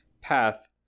path